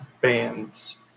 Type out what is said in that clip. bands